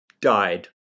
died